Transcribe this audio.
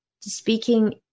speaking